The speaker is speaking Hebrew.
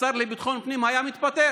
השר לביטחון הפנים היה מתפטר,